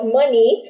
money